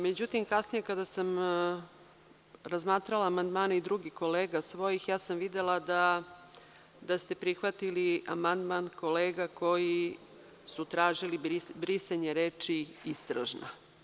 Međutim, kasnije kada sam razmatrala amandmane i drugih kolega svojih, videla sam da ste prihvatili amandman kolega koji su tražili brisanje reči „istražna“